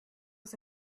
was